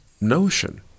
notion